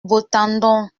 beautendon